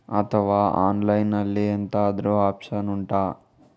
ಅಥವಾ ಆನ್ಲೈನ್ ಅಲ್ಲಿ ಎಂತಾದ್ರೂ ಒಪ್ಶನ್ ಉಂಟಾ